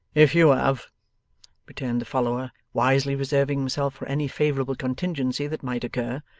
if you have returned the follower, wisely reserving himself for any favourable contingency that might occur,